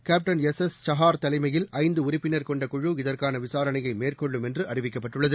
captain S S Sahar தலைமையில் ஐந்துஉறுப்பினர் கொண்ட குழு இதற்கானவிசாரணையைமேற்கொள்ளும் என்றுஅறிவிக்கப்பட்டுள்ளது